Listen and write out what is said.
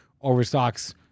Overstock's